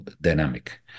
dynamic